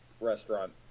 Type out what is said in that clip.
restaurant